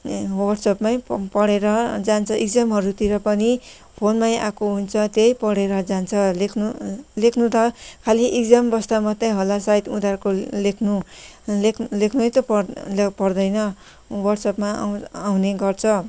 वाट्सएपमै पढेर जान्छ एक्जामहरूतिर पनि फोनमै आएको हुन्छ त्यही पढेर जान्छ लेख्नु लेख्नु त खालि एक्जाम बस्दा मात्र होला सायद उनीहरूको लेख्नु लेख्नै त पर्दैन वाट्सएपमा आउने गर्छ